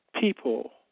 people